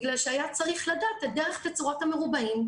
בגלל שהיה צריך לדעת את דרך תצורת המרובעים,